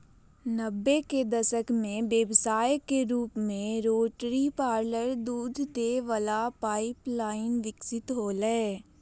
नब्बे के दशक में व्यवसाय के रूप में रोटरी पार्लर दूध दे वला पाइप लाइन विकसित होलय